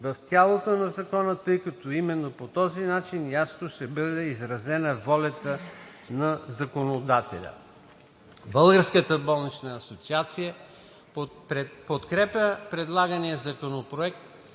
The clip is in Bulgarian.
в тялото на Закона, тъй като именно по този начин ясно ще бъде изразена волята на законодателя.